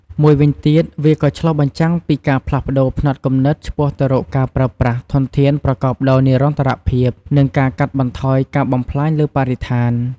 មួយវិញទៀត វាក៏ឆ្លុះបញ្ចាំងពីការផ្លាស់ប្តូរផ្នត់គំនិតឆ្ពោះទៅរកការប្រើប្រាស់ធនធានប្រកបដោយនិរន្តរភាព និងការកាត់បន្ថយការបំផ្លាញលើបរិស្ថាន។